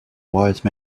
wise